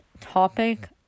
topic